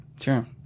Sure